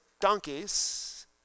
donkeys